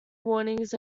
warnings